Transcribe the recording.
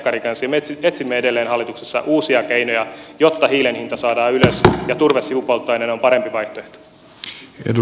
me etsimme edelleen hallituksessa uusia keinoja jotta hiilen hinta saadaan ylös ja turve sivupolttoaineena on parempi vaihtoehto